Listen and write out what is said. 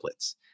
templates